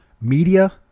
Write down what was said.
Media